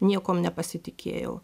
niekuom nepasitikėjau